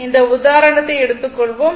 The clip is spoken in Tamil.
இந்த உதாரணத்தை எடுத்துக்கொள்வோம்